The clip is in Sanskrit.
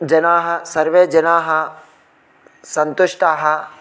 जनाः सर्वे जनाः सन्तुष्टाः